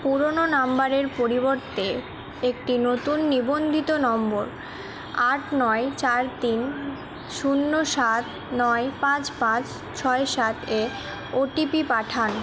পুরোনো নম্বরের পরিবর্তে একটি নতুন নিবন্ধিত নম্বর আট নয় চার তিন শূন্য সাত নয় পাঁচ পাঁচ ছয় সাতে ও টি পি পাঠান